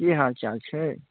की हाल चाल छै